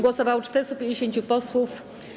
Głosowało 450 posłów.